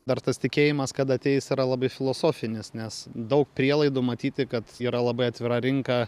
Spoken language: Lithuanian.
dar tas tikėjimas kad ateis yra labai filosofinis nes daug prielaidų matyti kad yra labai atvira rinka